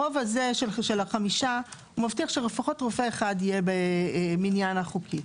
הרוב הזה של חמישה מבטיח שלפחות רופא אחד יהיה במניין החוקי.